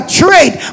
trade